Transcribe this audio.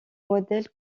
modèles